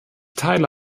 teile